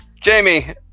Jamie